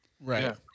Right